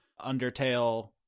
Undertale